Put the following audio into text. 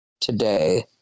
today